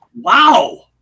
Wow